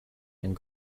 and